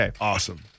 awesome